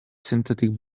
synthetic